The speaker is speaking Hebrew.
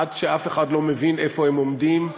עד שאף אחד לא מבין איפה הם עומדים.